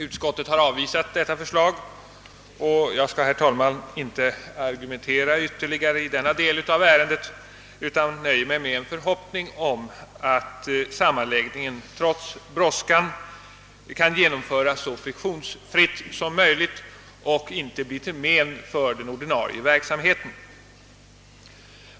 Utskottet har avstyrkt detta förslag, och jag skall, herr talman, inte argumentera ytterligare i denna del av ärendet utan nöjer mig med en förhoppning om att sammanläggningen trots brådskan skall kunna genomföras så friktionsfritt som möjligt och inte bli till men för den ordinarie verksamheten.